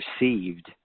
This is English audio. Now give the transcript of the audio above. received